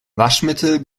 waschmittel